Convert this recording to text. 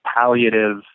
palliative